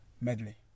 medley